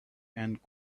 and